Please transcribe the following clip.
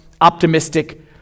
optimistic